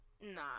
nah